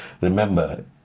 Remember